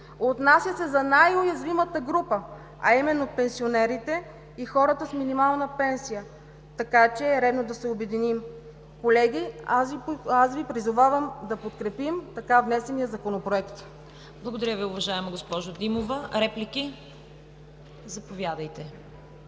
Отнася се за най-уязвимата група, а именно пенсионерите и хората с минимална пенсия, така че е редно да се обединим. Колеги, призовавам Ви да подкрепим така внесения Законопроект. ПРЕДСЕДАТЕЛ ЦВЕТА КАРАЯНЧЕВА: Благодаря Ви, уважаема госпожо Димова. Реплики? Заповядайте.